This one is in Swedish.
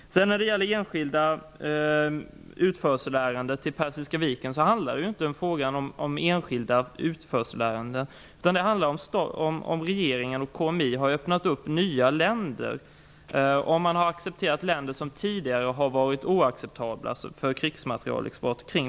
När det gäller enskilda utförselärenden till länderna vid Persiska viken handlar frågan inte om enskilda utförselärenden. Den handlar om huruvida regeringen och KMI har öppnat upp nya länder och om man nu har accepterat länder kring Persiska viken som tidigare har varit oacceptabla för krigsmaterielexport.